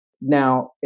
Now